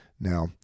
Now